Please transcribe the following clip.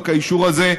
רק האישור הזה,